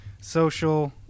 social